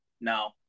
No